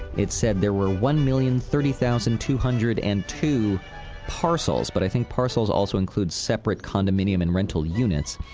it said, there were one million thirty thousand two hundred and two parcels. but i think parcels also include separate condominium and rental units.